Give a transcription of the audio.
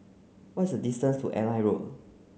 what is a distance to Airline Road